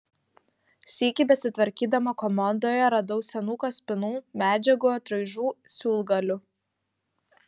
sykį besitvarkydama komodoje radau senų kaspinų medžiagų atraižų siūlgalių